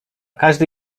każdy